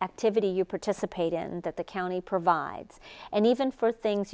activity you participate in that the county provides and even for things